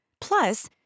Plus